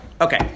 Okay